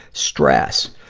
stress,